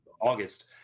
August